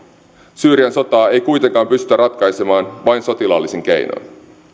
syyrian sotaa ei kuitenkaan pystytä ratkaisemaan vain sotilaallisin keinoin